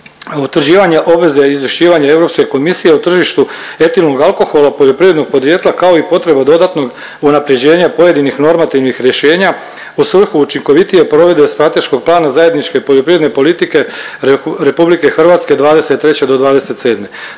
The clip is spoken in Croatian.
utvrđivanja obveze, izvješćivanja Europske komisije o tržištu etilnog alkohola poljoprivrednog podrijetla kao i potreba dodatnog unapređenja pojedinih normativnih rješenja u svrhu učinkovitije provedbe strateškog plana zajedničke poljoprivredne politike Republike Hrvatske 2023. do 2027.